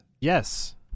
Yes